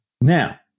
Now